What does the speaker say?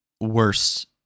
worse